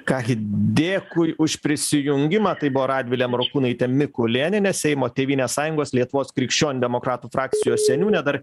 ką gi dėkui už prisijungimą tai buvo radvilė morkūnaitė mikulėnienė seimo tėvynės sąjungos lietuvos krikščionių demokratų frakcijos seniūnė dar